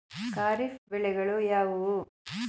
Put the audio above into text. ಖಾರಿಫ್ ಬೆಳೆಗಳು ಯಾವುವು?